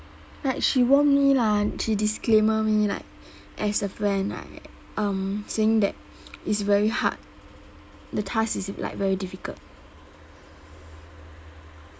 like she warn me lah she disclaimer me like as a friend like um saying that it's very hard the task is like very difficult